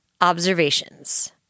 Observations